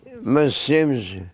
Muslims